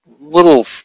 little